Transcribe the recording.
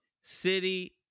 City